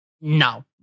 No